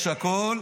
יש הכול,